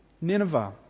Nineveh